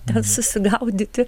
ten susigaudyti